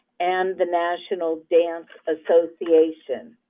and the national dance association.